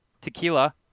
Tequila